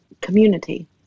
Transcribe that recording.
community